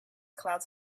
clouds